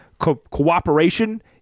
cooperation